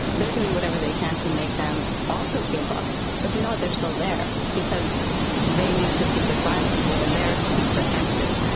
they're doing whatever they can to make them also give up. but you know what? they're still there because they need to seek asylum. they're there to be protected.